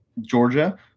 Georgia